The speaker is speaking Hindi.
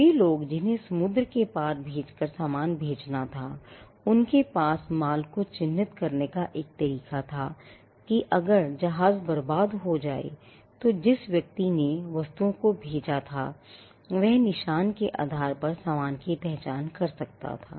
वे लोग जिन्हें समुद्र के पार भेजकर सामान बेचना था उनके पास माल को चिह्नित करने का एक तरीका था ताकि अगर जहाज बर्बाद हो जाए तो जिस व्यक्ति ने वस्तुओं को भेजा था वह निशान के आधार पर सामान की पहचान कर सकता था